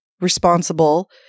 responsible